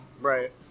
Right